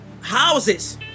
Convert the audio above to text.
houses